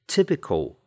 Typical